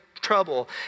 trouble